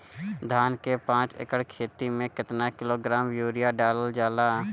धान के पाँच एकड़ खेती में केतना किलोग्राम यूरिया डालल जाला?